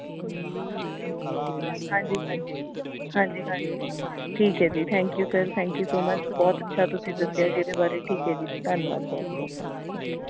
ਹੈ ਨਾ ਹਾਂਜੀ ਹਾਂਜੀ ਹਾਂਜੀ ਹਾਂਜੀ ਹਾਂਜੀ ਠੀਕ ਹੈ ਜੀ thank you sir thank you so much ਬਹੁਤ ਅੱਛਾ ਤੁਸੀਂ ਦੱਸਿਆ ਜੀ ਇਹਦੇ ਬਾਰੇ ਠੀਕ ਹੈ ਜੀ ਧੰਨਵਾਦ ਬਹੁਤ ਬਹੁਤ ਓਕੇ